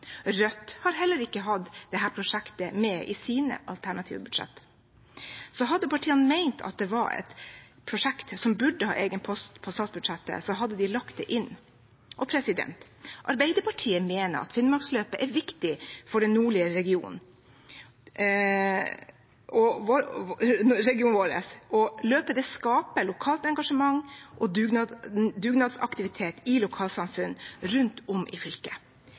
Rødt har heller ikke hatt dette prosjektet med i sine alternative budsjetter. Hadde partiene ment at det var et prosjekt som burde ha en egen post på statsbudsjettet, hadde de lagt det inn. Arbeiderpartiet mener at Finnmarksløpet er viktig for den nordlige regionen vår, og løpet skaper lokalt engasjement og dugnadsaktivitet i lokalsamfunn rundt om i fylket.